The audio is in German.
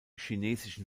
chinesischen